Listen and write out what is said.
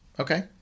Okay